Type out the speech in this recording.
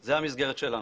זו המסגרת שלנו.